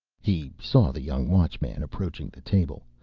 he saw the young watchman approaching the table,